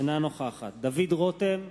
אינה נוכחת דוד רותם,